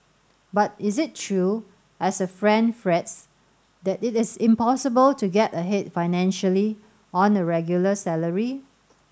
but is it true as a friend frets that it is impossible to get ahead financially on a regular salary